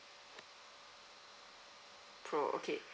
pro okay